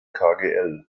kgl